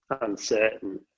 uncertain